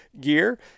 Gear